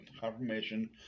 confirmation